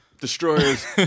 Destroyers